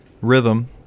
rhythm